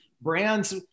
Brands